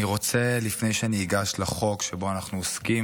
לפני שאני אגש לחוק שבו אנחנו עוסקים,